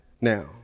now